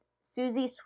Susie